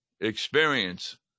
experience